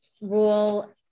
rule